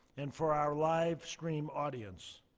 and for our live stream audience,